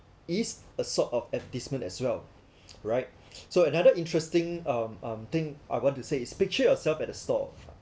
is a sort of advertisement as well right so another interesting um um thing I want to say is picture yourself at the store